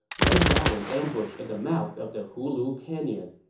lay down an ambush at the mouth of the hulu canyon.